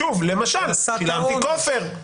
שוב, למשל, שילמתי כופר.